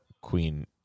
queen